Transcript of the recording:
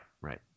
right